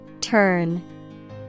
Turn